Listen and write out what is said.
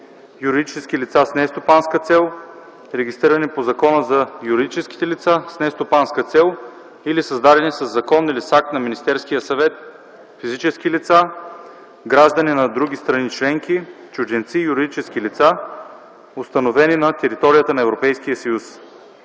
юридически лица с нестопанска цел, регистрирани по Закона за юридическите лица с нестопанска цел или създадени със закон или с акт на Министерския съвет; физически лица; граждани на други страни членки; чужденци и юридически лица, установени на територията на